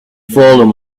fallen